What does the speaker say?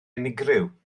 unigryw